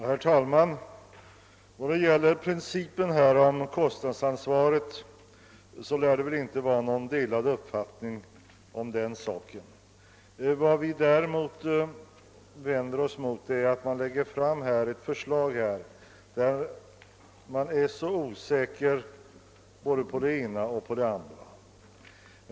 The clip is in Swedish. Herr talman! När det gäller principen om kostnadsansvaret lär det inte råda några delade meningar. Vad vi vänder oss mot är att Kungl. Maj:t har lagt fram ett förslag beträffande vars verkningar man är så osäker.